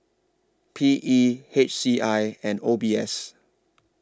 P E H C I and O B S